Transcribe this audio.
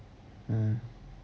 mm